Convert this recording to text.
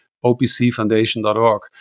opcfoundation.org